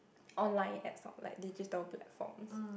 online apps for like digital platforms